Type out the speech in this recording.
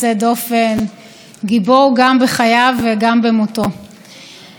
אני מבקשת לשתף אותך ואת חברי הכנסת שטרחו והגיעו בפגרה